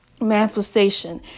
manifestation